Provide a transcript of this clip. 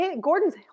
Gordon's